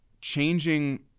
changing